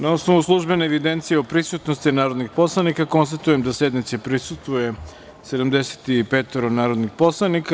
Na osnovu službene evidencije o prisutnosti narodnih poslanika, konstatujem da sednici prisustvuje 75 narodnih poslanika.